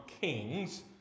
kings